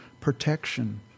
protection